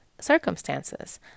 circumstances